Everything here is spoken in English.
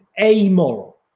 amoral